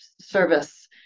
service